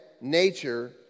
nature